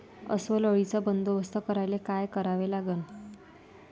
अस्वल अळीचा बंदोबस्त करायले काय करावे लागन?